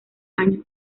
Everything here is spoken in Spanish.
años